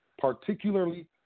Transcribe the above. particularly